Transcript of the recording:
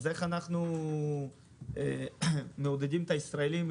אז איך אנחנו מעודדים את הישראלים?